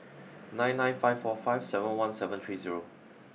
nine nine five four five seven one seven three zero